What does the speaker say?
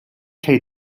cei